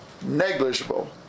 negligible